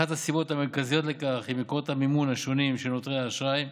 אחת הסיבות המרכזיות לכך היא מקורות המימון השונים של נותני האשראי.